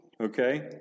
Okay